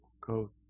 go